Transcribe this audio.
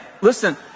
listen